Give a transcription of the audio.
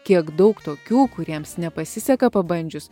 kiek daug tokių kuriems nepasiseka pabandžius